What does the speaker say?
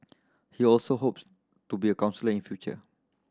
he also hopes to be a counsellor in future